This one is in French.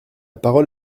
parole